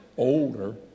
older